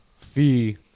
fee